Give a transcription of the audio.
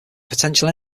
potential